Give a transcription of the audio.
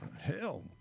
hell